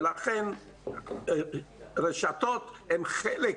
ולכן הרשתות הן חלק